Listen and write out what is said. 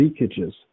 leakages